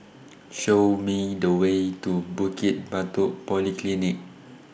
Show Me The Way to Bukit Batok Polyclinic